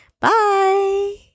Bye